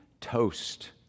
toast